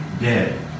dead